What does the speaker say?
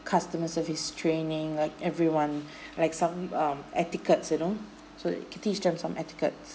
customer service training like everyone like some um etiquettes you know so that can teach them some etiquettes